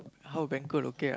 how banquet okay ah